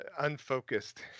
unfocused